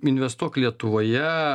investuok lietuvoje